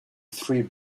three